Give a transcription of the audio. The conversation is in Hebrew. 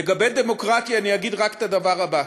לגבי דמוקרטיה אני אגיד רק את הדבר הזה: